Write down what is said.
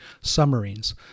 submarines